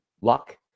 luck